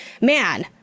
man